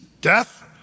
death